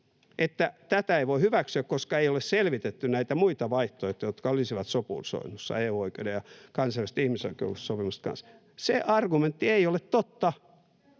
että tätä ei voi hyväksyä, koska ei ole selvitetty näitä muita vaihtoehtoja, jotka olisivat sopusoinnussa EU-oikeuden ja kansainvälisten ihmisoikeussopimusten kanssa, ei ole totta.